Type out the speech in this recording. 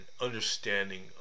understanding